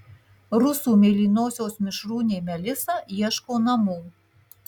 rusų mėlynosios mišrūnė melisa ieško namų